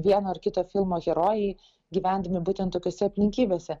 vieno ar kito filmo herojai gyvendami būtent tokiose aplinkybėse